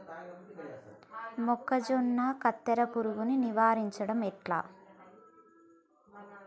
మొక్కజొన్నల కత్తెర పురుగుని నివారించడం ఎట్లా?